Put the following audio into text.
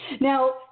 now